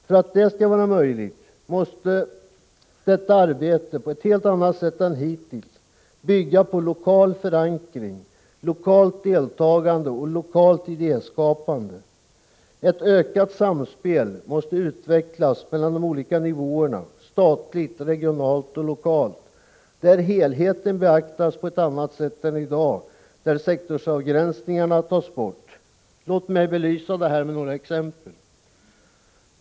För att det skall vara möjligt måste detta arbete på ett helt annat sätt än hittills bygga på lokal förankring, lokalt deltagande och lokalt idéskapande. Ett ökat samspel måste utvecklas mellan de olika nivåerna — statligt, regionalt och lokalt — där helheten beaktas på ett annat sätt än i dag, där sektorsavgränsningarna tas bort. Låt mig belysa detta med några exempel.